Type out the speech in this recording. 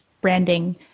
branding